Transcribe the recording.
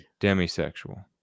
Demisexual